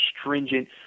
stringent